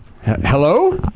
Hello